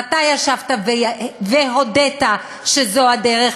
ואתה ישבת והודית שזו הדרך,